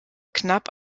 knapp